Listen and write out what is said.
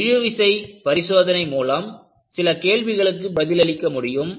எளிய இழுவிசை பரிசோதனை மூலம் சில கேள்விகளுக்கு பதிலளிக்க முடியும்